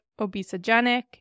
obesogenic